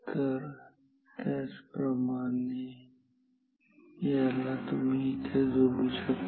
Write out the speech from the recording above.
तर त्याच प्रमाणे याला तुम्ही इथे जोडू शकता